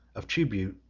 of tribute,